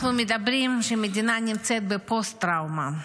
אנחנו אומרים שהמדינה נמצאת בפוסט-טראומה,